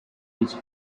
which